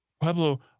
Pablo